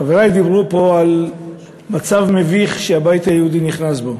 חברי דיברו פה על מצב מביך שהבית היהודי נכנס אליו.